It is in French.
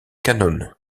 canon